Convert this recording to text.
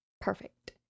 perfect